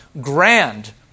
grand